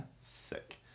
Sick